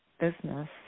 business